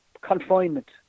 confinement